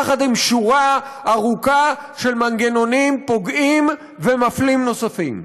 יחד עם שורה ארוכה של מנגנונים פוגעים ומפלים נוספים.